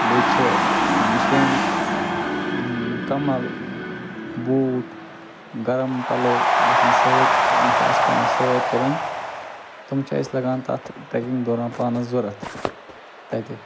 بیٚیہِ چھِ ٹیٚنٛٹ کَمَل بوٗٹھ گرٕم پَلَو گَژھَن سۭتۍ تِم چھِ اسہِ پیٚوان سۭتۍ تُلٕنۍ تِم چھِ اسہِ لَگان تتھ ٹرٛیکِنٛگ دوران پانَس ضروٗرت تَتہِ